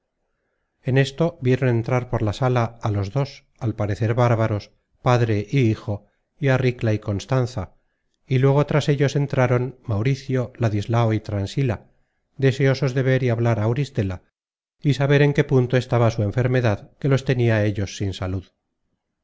en esto vieron entrar por la sala á los dos al parecer bárbaros padre y hijo y á ricla y constanza y luego tras ellos entraron mauricio ladislao y transila deseosos de ver y hablar á auristela y saber en qué punto estaba su enfermedad que los tenia á ellos sin salud